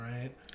right